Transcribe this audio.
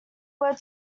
were